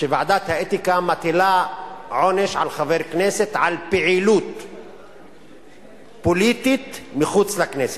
שוועדת האתיקה מטילה עונש על חבר כנסת על פעילות פוליטית מחוץ לכנסת.